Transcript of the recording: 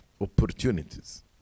opportunities